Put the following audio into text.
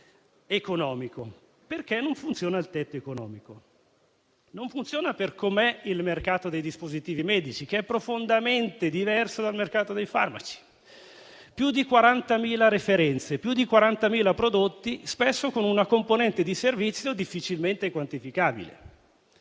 mettere un tetto economico, che non funziona per come è il mercato dei dispositivi medici, che è profondamente diverso da quello dei farmaci: più di 40.000 referenze, più di 40.000 prodotti, spesso con una componente di servizio difficilmente quantificabile.